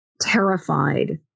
terrified